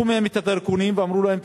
לקחו מהם את הדרכונים ואמרו להם,